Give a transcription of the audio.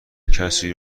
کسی